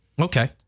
Okay